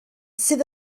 sydd